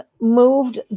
moved